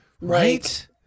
right